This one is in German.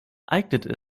eignet